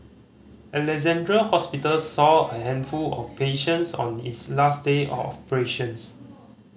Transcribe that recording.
Alexandra Hospital saw a handful of patients on its last day of operations